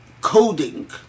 coding